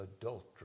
adultery